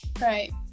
Right